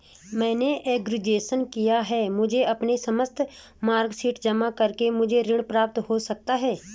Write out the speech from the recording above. मैंने ग्रेजुएशन किया है मुझे अपनी समस्त मार्कशीट जमा करके मुझे ऋण प्राप्त हो सकता है?